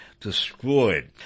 destroyed